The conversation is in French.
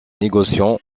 négociant